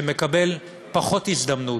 שמקבל פחות הזדמנות,